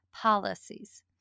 policies